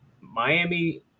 Miami